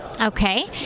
Okay